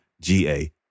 G-A